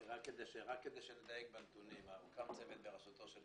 רק כדי שנדייק בנתונים הוקם צוות בראשותו של